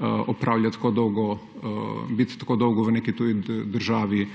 ne želi biti tako dolgo sam v neki tuji državi.